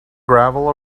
gravel